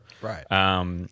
Right